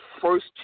first